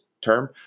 term